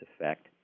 effect